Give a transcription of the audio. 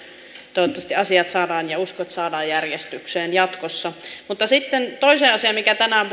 toivottavasti asiat saadaan ja uskon että saadaan järjestykseen jatkossa mutta sitten toiseen asiaan mikä tänään